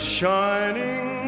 shining